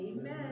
Amen